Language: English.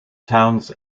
towns